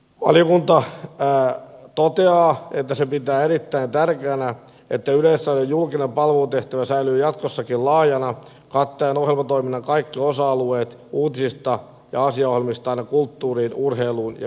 valiokunta toteaa että se pitää erittäin tärkeänä että yleisradion julkinen palvelutehtävä säilyy jatkossakin laajana kattaen ohjelmatoiminnan kaikki osa alueet uutisista ja asiaohjelmista aina kulttuuriin urheiluun ja viihteeseen